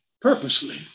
purposely